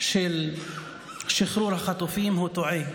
של שחרור החטופים, טועה,